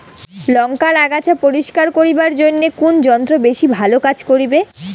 লংকার আগাছা পরিস্কার করিবার জইন্যে কুন যন্ত্র বেশি ভালো কাজ করিবে?